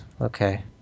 okay